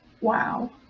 Wow